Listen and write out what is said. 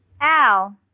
Al